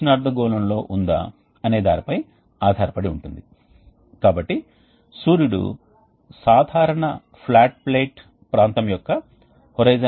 నిల్వ మరియు అదే సమయంలో వేడి ప్రవాహం మరియు ద్వితీయ ద్రవం మధ్య ఉష్ణ మార్పిడి లో ఉష్ణ నష్టం లేదని మేము భావించాము మరియు మళ్లీ ద్వితీయ ద్రవం మరియు చల్లని ప్రవాహం మధ్య ఉష్ణ మార్పిడి ఉంటుంది